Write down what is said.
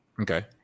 Okay